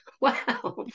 Wow